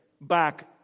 back